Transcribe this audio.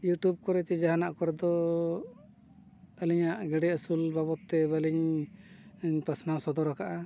YouTube ᱠᱚᱨᱮ ᱥᱮ ᱡᱟᱦᱟᱱᱟᱜ ᱠᱚᱨᱮ ᱫᱚ ᱟᱹᱞᱤᱧᱟᱜ ᱜᱮᱰᱮ ᱟᱹᱥᱩᱞ ᱵᱟᱵᱚᱫᱼᱛᱮ ᱵᱟᱹᱞᱤᱧ ᱯᱟᱥᱱᱟᱣ ᱥᱚᱫᱚᱨ ᱟᱠᱟᱫᱟ